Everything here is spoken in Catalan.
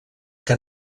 que